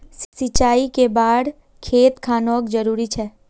सिंचाई कै बार खेत खानोक जरुरी छै?